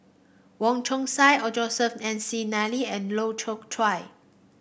Wong Chong Sai or Joseph McNally and Loy choke Chuan